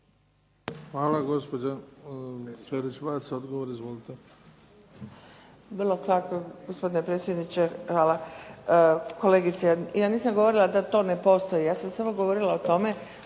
Izvolite. **Ferić-Vac, Mirjana (SDP)** Vrlo kratko, gospodine predsjedniče hvala. Kolegice, ja nisam govorila da to ne postoji, ja sam samo govorila o tome